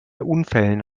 unfällen